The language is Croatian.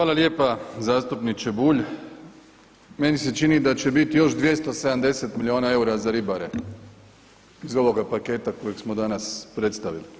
Hvala lijepa zastupniče Bulj, meni se čini da će biti još 270 miliona EUR-a za ribare iz ovoga paketa kojeg smo danas predstavili.